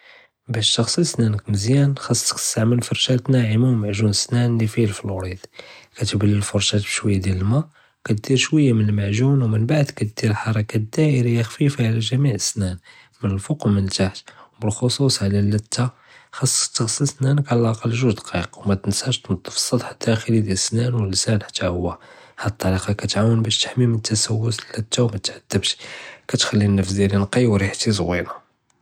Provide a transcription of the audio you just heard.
בּאש תְעְ'סֶל סְנָאנכּ מְזִיַאן חָאסכּ תְסְתַעְמֶל פֻרְשָׁאה נָעְמָה וּמַעְגוּ'ן אֶסְנָאן לִי פִיה אלפְלוּרִיד, עְ'תְבַּלֶל אלפֻרְשָׁאה בּשְׁוִיָה דִיאַל אלמָא וּכְּדִיר שְׁוִיָה מן אלמַעְגוּ'ן וּמִמבַּעְד כְּדִיר חְרָקָּאת דָאִרִיָה חְפִיפָה עלא גְ'מִיע אֶלסְנָאן מן אלפוּקּ לִלתַּחְתּ וּבּאלחֻצוּס עלא אללִתָּה, חָאסכּ תְעְ'סֶל סְנָאנכּ עלא אלאַקַּל ג'וּג דְּקָאיֶקּ וּמַתְנְסָאש תְנַצְּף אֶלסַּטְח אֶלְדָּאחְלִי דִיאַל אֶלסְנָאן וּאללִסָאן חְתָּא הוא, האד אלטָּרִיקָה כּתְעָאוֶן בּאש תְחַמִי מן תְסוּס אללִתָּה וּמַתְעַדְבְּשׁ, כּתְחַלִי אֶלנַּפַס דִיאַלִי נקִי וּרִיחְתִי זוּוִיְנָה.